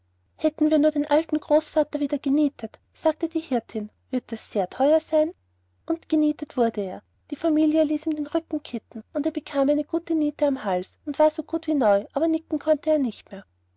hätten wir nur den alten großvater wieder genietet sagte die hirtin wird das sehr teuer sein und genietet wurde er die familie ließ ihn im rücken kitten er bekam eine gute niete am halse und er war so gut wie neu aber nicken konnte er nicht mehr